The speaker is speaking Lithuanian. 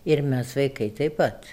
ir mes vaikai taip pat